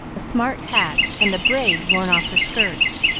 a smart hat and the braid worn off her skirts.